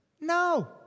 No